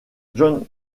john